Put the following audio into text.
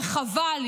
וחבל,